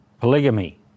polygamy